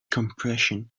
compression